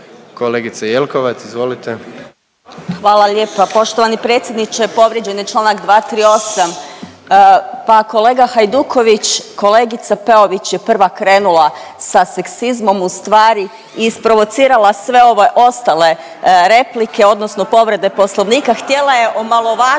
Kolega Bačić, izvolite.